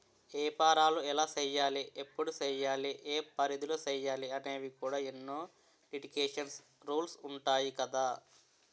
ఏపారాలు ఎలా సెయ్యాలి? ఎప్పుడు సెయ్యాలి? ఏ పరిధిలో సెయ్యాలి అనేవి కూడా ఎన్నో లిటికేషన్స్, రూల్సు ఉంటాయి కదా